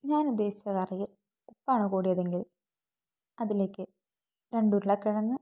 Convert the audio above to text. ഞാനുദ്ദേശിച്ച കറിയിൽ ഉപ്പാണ് കൂടിയതെങ്കിൽ അതിലേയ്ക്ക് രണ്ട് ഉരുളക്കിഴങ്ങ്